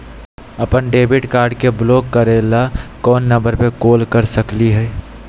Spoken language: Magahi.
अपन डेबिट कार्ड के ब्लॉक करे ला कौन नंबर पे कॉल कर सकली हई?